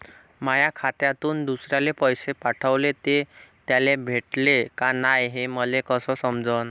माया खात्यातून दुसऱ्याले पैसे पाठवले, ते त्याले भेटले का नाय हे मले कस समजन?